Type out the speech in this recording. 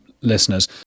listeners